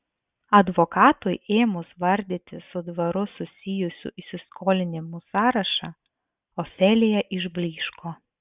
advokatui ėmus vardyti su dvaru susijusių įsiskolinimų sąrašą ofelija išblyško